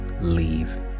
leave